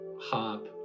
hop